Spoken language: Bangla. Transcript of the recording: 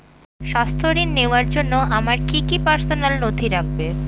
স্বাস্থ্য ঋণ নেওয়ার জন্য আমার কি কি পার্সোনাল নথি লাগবে?